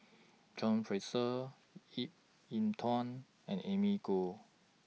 John Fraser Ip Yiu Tung and Amy Khor